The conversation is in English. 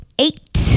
eight